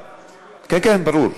כן, כן, ברור.